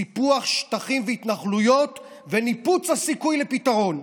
סיפוח שטחים והתנחלויות וניפוץ הסיכוי לפתרון.